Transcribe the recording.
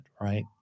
right